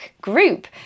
group